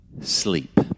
sleep